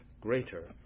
greater